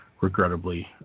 regrettably